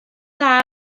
dda